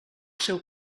seu